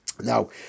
Now